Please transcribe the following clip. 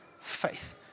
faith